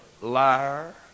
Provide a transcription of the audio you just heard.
liar